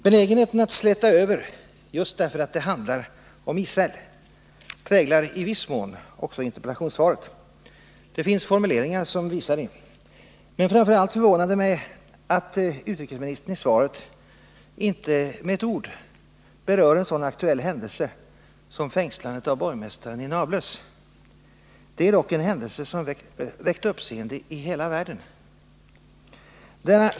Benägenheten att släta över just därför att det handlar om Israel präglar i viss mån också interpellationssvaret. Det finns formuleringar som visar det. Men framför allt förvånar det mig att utrikesministern i svaret inte med ett ord berör en sådan aktuell händelse som fängslandet av borgmästaren i Nablus. Det är dock en händelse som väckt uppseende i hela världen.